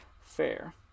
Fair